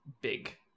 big